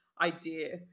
idea